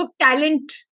talent